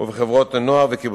ובחברות נוער ובקיבוצים.